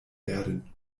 werden